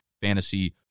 fantasy